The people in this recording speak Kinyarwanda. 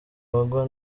abagwa